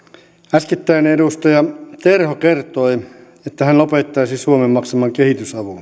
äskettäin edustaja terho kertoi että hän lopettaisi suomen maksaman kehitysavun